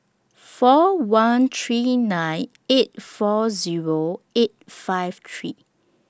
four one three nine eight four Zero eight five three